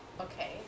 Okay